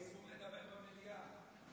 אסור טלפון במליאה.